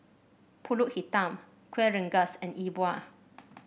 pulut hitam Kueh Rengas and E Bua